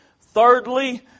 Thirdly